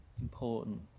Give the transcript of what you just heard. important